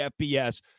FBS